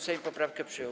Sejm poprawkę przyjął.